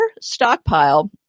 stockpile